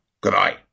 Goodbye